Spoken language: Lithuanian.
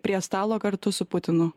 prie stalo kartu su putinu